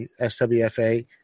SWFA